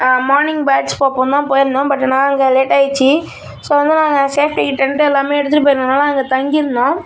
morning batch பார்ப்போந்தான் போயிருந்தோம் but ஆனால் அங்கே லேட் ஆயிடுச்சு ஸோ வந்து நாங்கள் சேஃப்டிக்கு டெண்ட்டு எல்லாமே எடுத்துகிட்டு போய் இருந்ததுனால் அங்கே தங்கியிருந்தோம்